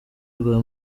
rwa